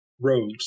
rogues